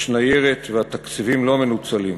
יש ניירת, והתקציבים לא מנוצלים.